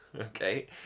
okay